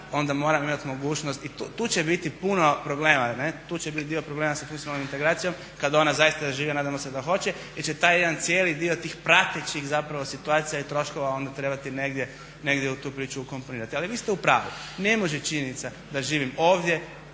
onda moram imati mogućnost. I tu će biti puno problema, tu će biti dio problema sa …/Govornik se ne razumije./… integracijom kada ona zaista zaživi a nadamo se da hoće jer će taj jedan cijeli dio tih pratećih zapravo situacija i troškova onda trebati negdje u tu priču ukomponirati. Ali vi ste u pravu, ne može činjenica da živim ovdje